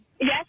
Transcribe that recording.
Yes